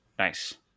nice